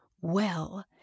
Well